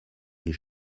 est